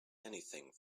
anything